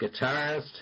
guitarist